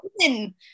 women